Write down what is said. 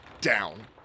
down